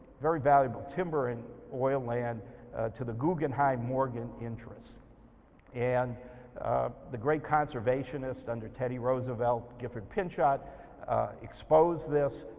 very valuable timber, and oil land to the guggenheim morgan interest and the great conservationist under teddy roosevelt gifford pinchot exposed this.